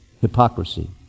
hypocrisy